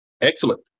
Excellent